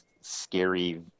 scary